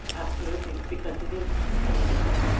absolutely, because it is political.